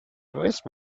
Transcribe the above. wrist